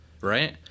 right